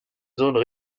zones